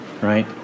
right